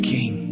King